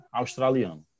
australiano